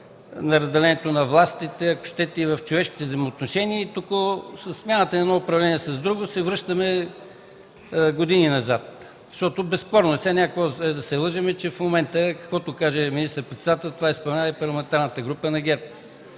на разделението на властите, ако щете, и в човешките взаимоотношения и току със смяната на едно управление с друго се връщаме години назад. Защото е безспорно, няма какво да се лъжем, че в момента каквото каже министър-председателят, това изпълнява и Парламентарната група на ГЕРБ.